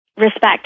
Respect